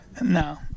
No